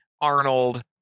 arnold